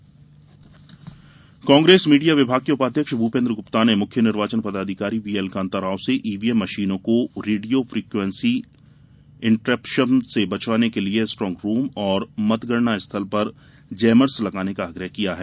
Congress Bhupendra Gupta Congress media विभाग के उपाध्यक्ष भूपेन्द्र गुप्ता ने मुख्य निर्वाचन पदाधिकारी वीएल कांताराव से ईवीएम मशीनों को रेडियो फ्रीक्वेंसी इन्ट्रेरप्शन से बचाने के लिये स्ट्रांक रूम और मतगणना स्थल पर जैमर्स लगाये जाने का आग्रह किया है